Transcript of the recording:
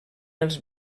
els